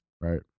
Right